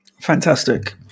Fantastic